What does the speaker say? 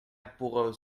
pour